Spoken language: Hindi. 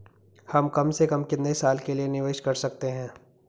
हम कम से कम कितने साल के लिए निवेश कर सकते हैं?